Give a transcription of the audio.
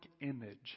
image